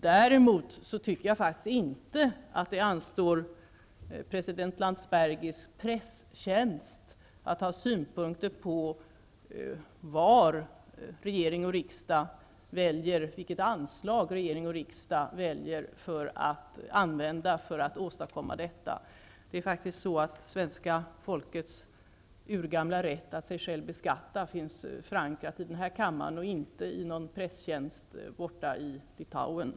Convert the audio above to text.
Däremot tycker jag faktiskt inte att det anstår president Landsbergis presstjänst att ha synpunkter på vilket anslag regeringen och riksdagen väljer för att åstadkomma detta. Svenska folkets urgamla rätt att sig själv beskatta är förankrad i denna kammare och inte hos någon presstjänst borta i Litauen.